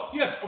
yes